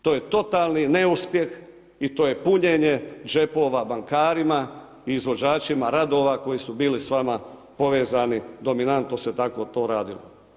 To je totalni neuspjeh i to je punjenje džepova bankarima i izvođačima radova koji su bili s vama povezani dominantno se tako to radilo.